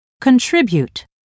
contribute